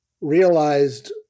realized